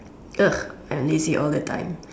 I'm lazy all the time